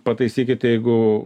pataisykit jeigu